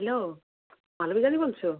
hello মালবিকাদি বলছো